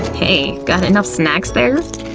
hey, got enough snacks, there?